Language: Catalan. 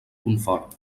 confort